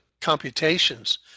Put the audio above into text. computations